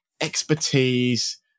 expertise